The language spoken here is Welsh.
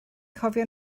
cofio